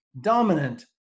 dominant